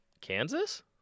Kansas